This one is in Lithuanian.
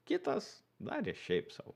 kitas darė šiaip sau